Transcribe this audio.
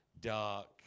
dark